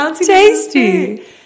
Tasty